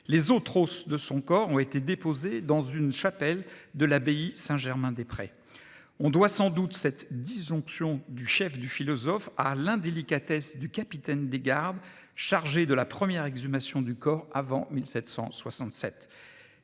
à Cuvier en 1821. Les os ont été déposés dans une chapelle de l'abbaye de Saint-Germain-des-Prés. On doit sans doute cette disjonction du « chef » du philosophe à l'indélicatesse du capitaine des gardes chargé de la première exhumation du corps avant 1767.